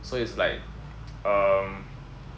so it's like um